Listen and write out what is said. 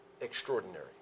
extraordinary